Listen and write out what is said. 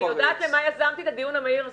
אני יודעת למה יזמתי את הדיון המהיר הזה,